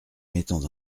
mettons